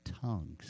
tongues